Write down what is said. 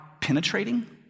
penetrating